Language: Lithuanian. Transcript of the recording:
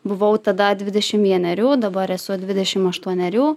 buvau tada dvidešim vienerių dabar esu dvidešim aštuonerių